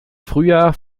frühjahr